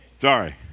Sorry